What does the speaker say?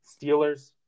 Steelers